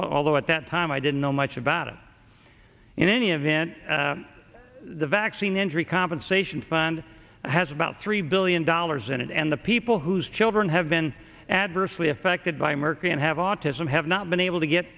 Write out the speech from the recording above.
although at that time i didn't know much about it in any event the vaccine injury compensation fund has about three billion dollars in it and the people whose children have been adversely affected by mercury and have autism have not been able to get